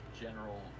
general